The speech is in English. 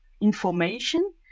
information